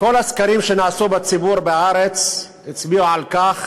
הסקרים שנעשו בקרב הציבור בארץ הצביעו על כך